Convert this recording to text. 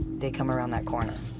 they come around that corner.